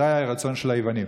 זה היה הרצון של היוונים.